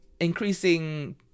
increasing